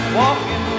walking